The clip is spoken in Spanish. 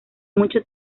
mucho